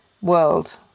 world